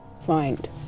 find